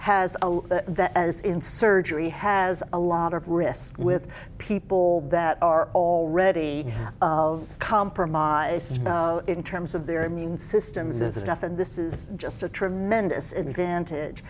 that as in surgery has a lot of risk with people that are already compromised in terms of their immune systems and stuff and this is just a tremendous advantage